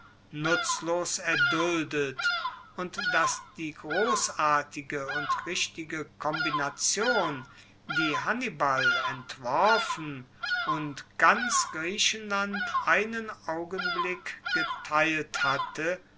nutzlos erduldet und dass die grossartige und richtige kombination die hannibal entworfen und ganz griechenland einen augenblick geteilt hatte